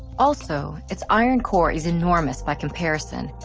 also, its iron core is enormous by comparison,